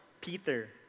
Peter